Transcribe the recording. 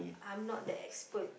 I'm not that expert